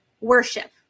worship